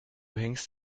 hängst